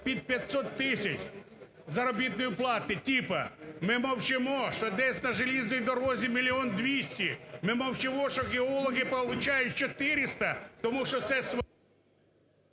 під 500 тисяч заробітної плати типа. Ми мовчимо, що десь на залізній дорозі мільйон 200, ми мовчимо, що геологи отримують 400, тому що це…